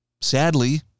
Sadly